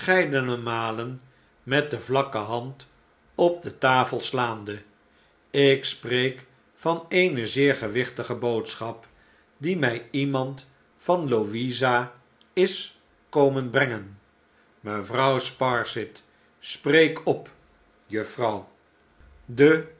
verscheidene malen met de vlakke hand op de tafel slaande ik spreek van eene zeer gewichtige boodschap die mij iemand van louisa is komen brengen mevrouw sparsit spreek op juffrouw de